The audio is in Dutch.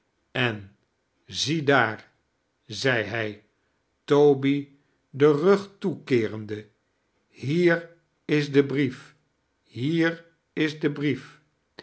en ziedaar zei hij toby den rug toekeerende hier is de brief hier is de brief